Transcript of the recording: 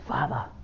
Father